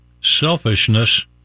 selfishness